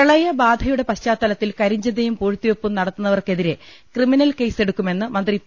പ്രളയബാധയുടെ പശ്ചാത്തലത്തിൽ കരിഞ്ചന്തയും പൂഴ്ത്തി വെപ്പും നടത്തുന്നവർക്കെതിരെ ക്രിമിനൽ കേസ് എടുക്കുമെന്ന് മന്ത്രി പി